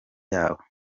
yabo